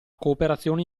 cooperazione